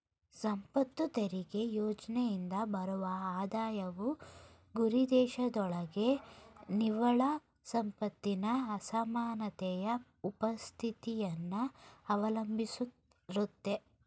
ಸಂಪತ್ತು ತೆರಿಗೆ ಯೋಜ್ನೆಯಿಂದ ಬರುವ ಆದಾಯವು ಗುರಿದೇಶದೊಳಗೆ ನಿವ್ವಳ ಸಂಪತ್ತಿನ ಅಸಮಾನತೆಯ ಉಪಸ್ಥಿತಿಯನ್ನ ಅವಲಂಬಿಸಿರುತ್ತೆ